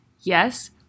Yes